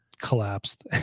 collapsed